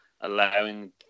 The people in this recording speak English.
allowing